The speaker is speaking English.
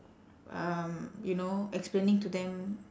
um you know explaining to them